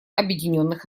объединенных